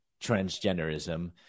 transgenderism